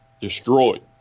destroyed